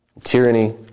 tyranny